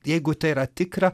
jeigu tai yra tikra